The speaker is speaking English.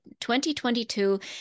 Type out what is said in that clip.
2022